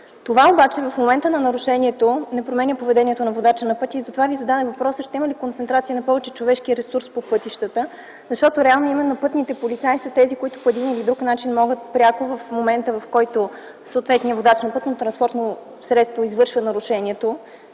Това в момента на нарушението не променя поведението на водача на пътя. Затова задавам въпроса: ще има ли концентрация на повече човешки ресурс по пътищата? Реално пътните полицаи са тези, които по един или друг начин пряко, в момента, в който съответният водач на пътнотранспортно средство извършва нарушението,